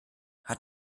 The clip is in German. hat